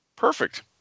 perfect